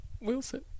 Wilson